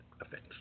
offense